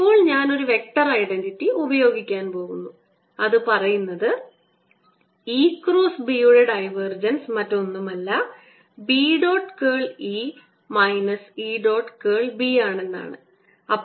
ഇപ്പോൾ ഞാൻ ഒരു വെക്റ്റർ ഐഡന്റിറ്റി ഉപയോഗിക്കാൻ പോകുന്നു അത് പറയുന്നത് E ക്രോസ് B യുടെ ഡൈവർജൻസ് മറ്റൊന്നുമല്ല B dot curl E minus E dot curl B